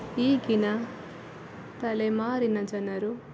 ಈಗಿನ ತಲೆಮಾರಿನ ಜನರು